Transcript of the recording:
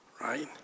Right